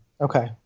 okay